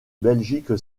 belgique